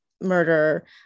murder